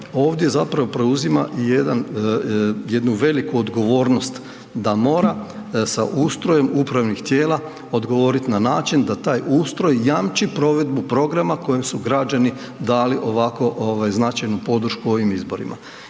ovdje zapravo preuzima i jednu veliku odgovornost da mora sa ustrojem upravnih tijela odgovoriti na način da taj ustroj jamči provedbu programa kojem su građani dali ovako značajnu podršku ovim izborima.